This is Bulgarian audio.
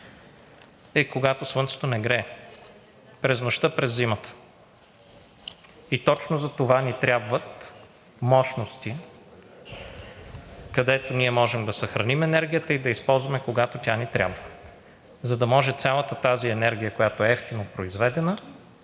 е когато слънцето не грее през нощта през зимата. И точно затова ни трябват мощности, където ние можем да съхраним енергията и да я използваме, когато тя ни трябва, за да може цялата тази енергия, която е евтино произведена,